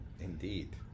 indeed